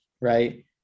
right